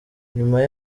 nyuma